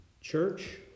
Church